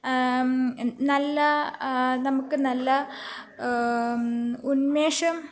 നല്ല നമുക്ക് നല്ല ഉന്മേഷം